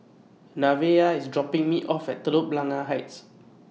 Nevaeh IS dropping Me off At Telok Blangah Heights